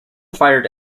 fired